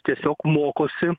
tiesiog mokosi